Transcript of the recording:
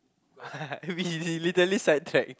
we literally sidetracked